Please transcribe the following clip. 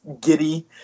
giddy